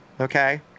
okay